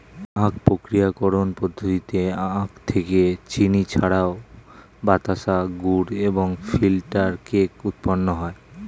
আখ প্রক্রিয়াকরণ পদ্ধতিতে আখ থেকে চিনি ছাড়াও বাতাসা, গুড় এবং ফিল্টার কেক উৎপন্ন হয়